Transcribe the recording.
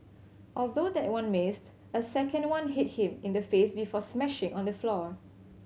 although that one missed a second one hit him in the face before smashing on the floor